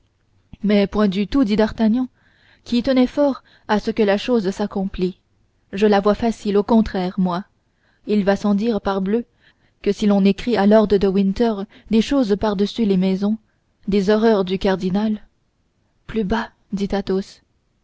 mais point du tout dit d'artagnan qui tenait fort à ce que la chose s'accomplît je la vois facile au contraire moi il va sans dire parbleu que si l'on écrit à lord de winter des choses par-dessus les maisons des horreurs du cardinal plus bas